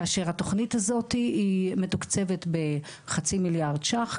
כאשר התכנית הזאת היא מתוקצבת בחצי מיליארד שקל,